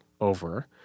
over